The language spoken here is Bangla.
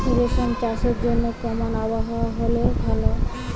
রেশম চাষের জন্য কেমন আবহাওয়া হাওয়া হলে ভালো?